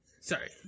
Sorry